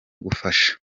gufasha